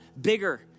bigger